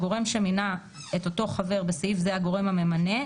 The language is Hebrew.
הגורם שמינה את אותו חבר (בסעיף זה הגורם הממנה),